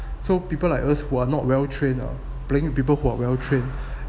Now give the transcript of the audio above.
so people like us who are not well train ah playing with people who are well trained